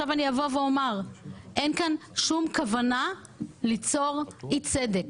אני אומר שאין כאן שום כוונה ליצור אי צדק.